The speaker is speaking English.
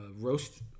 Roast